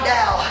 now